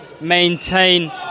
maintain